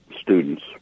students